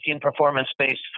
performance-based